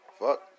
Fuck